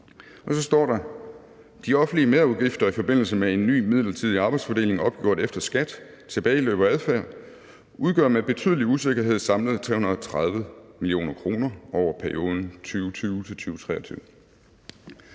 så står der: De offentlige merudgifter i forbindelse med en ny midlertidig arbejdsfordeling opgjort efter skat, tilbageløb og adfærd udgør med betydelig usikkerhed samlet 330 mio. kr. over perioden 2020-2023.